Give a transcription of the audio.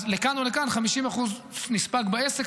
אז לכאן או לכאן 50% נספג בעסק,